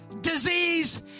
disease